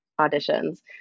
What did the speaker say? auditions